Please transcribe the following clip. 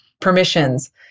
permissions